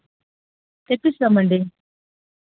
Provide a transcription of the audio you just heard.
తెప్పిస్తామండి